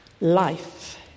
life